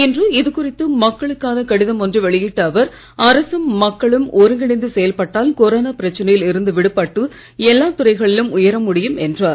இன்று இது குறித்து மக்களுக்கான கடிதம் ஒன்றை வெளியிட்ட அவர் அரசும் மக்களும் ஒருங்கிணைந்து செயல்பட்டால் கொரோனா பிரச்சனையில் இருந்து விடுபட்டு எல்லாத் துறைகளிலும் உயர முடியும் என்றார்